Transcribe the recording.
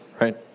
Right